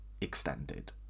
extended